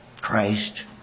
Christ